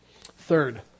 third